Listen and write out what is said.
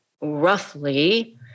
roughly